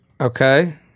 okay